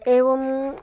एवं